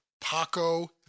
Paco